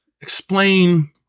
explain